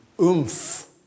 oomph